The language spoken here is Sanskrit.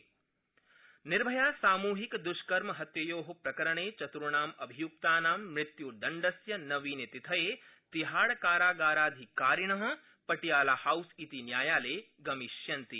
निर्भयादष्कर्मम् निर्भयासामूहिकदष्कर्महत्ययो प्रकरणे चतुर्णामू अभिय्क्ताना मृत्युदण्डस्य नवीनतिथये तिहाडकारागाराधिकारिण पटियाला हाउस इति न्यायालये गमिष्यन्ति